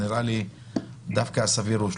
נראה לי ש-320 זה סביר.